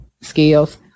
skills